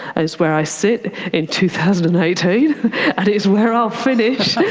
ah it's where i sit in two thousand and eighteen and it's where i'll finish.